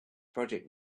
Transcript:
project